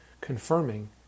confirming